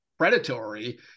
predatory